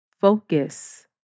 focus